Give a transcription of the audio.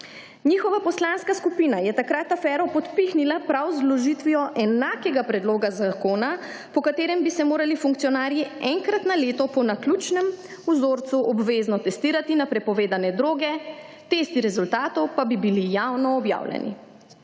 Njihova poslanska skupina je takrat afero podpihnila prav z vložitvijo enakega predloga zakona, po katerem bi se morali funkcionarji enkrat na leto po naključnem vzorcu obvezno testirati na prepovedane droge, testi rezultatov pa bi bili javno objavljeni.